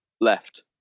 left